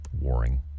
warring